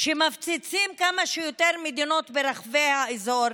שמפציצים כמה שיותר מדינות ברחבי האזור,